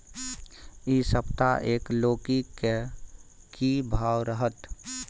इ सप्ताह एक लौकी के की भाव रहत?